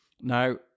Now